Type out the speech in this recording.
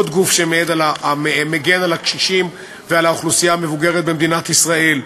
עוד גוף שמגן על הקשישים ועל האוכלוסייה המבוגרת במדינת ישראל,